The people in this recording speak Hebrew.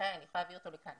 אני יכולה להביא אותו לכאן.